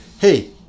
hey